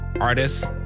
artists